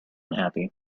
unhappy